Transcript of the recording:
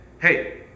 Hey